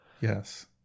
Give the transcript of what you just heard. Yes